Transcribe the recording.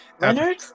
Leonard